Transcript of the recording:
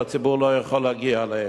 שהציבור לא יכול להגיע אליהם.